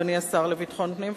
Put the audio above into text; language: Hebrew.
אדוני השר לביטחון פנים,